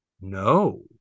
No